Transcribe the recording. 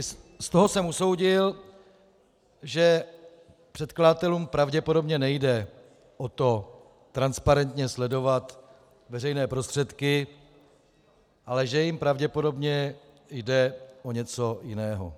Z toho jsem usoudil, že předkladatelům pravděpodobně nejde o to transparentně sledovat veřejné prostředky, ale že jim pravděpodobně jde o něco jiného.